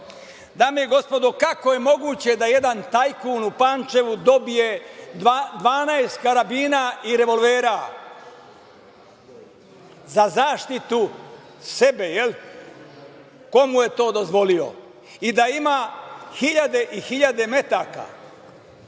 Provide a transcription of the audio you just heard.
nošenje oružja. Kako je moguće da jedan tajkun u Pančevu dobije 12 karabina i revolvera za zaštitu sebe? Ko mu je to dozvolio? I da ima hiljade i hiljade metaka